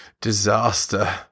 Disaster